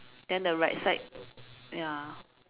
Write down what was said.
then the right side ya